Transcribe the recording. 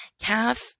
calf